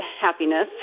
happiness